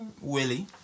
Willie